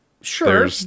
Sure